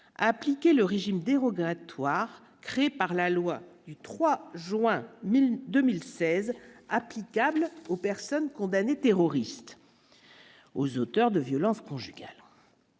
appliquer le régime dérogatoire, créé par la loi du 3 juin 1000 2016 applicable aux personnes condamnées terroriste aux auteurs de violences conjugales.